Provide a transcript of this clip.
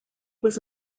was